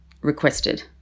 requested